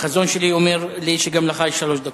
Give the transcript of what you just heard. החזון שלי אומר שגם לך יש שלוש דקות.